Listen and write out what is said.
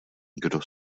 kdo